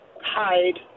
hide